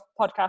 podcast